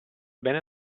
bene